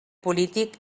polític